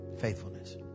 Faithfulness